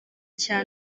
cya